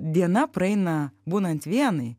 diena praeina būnant vienai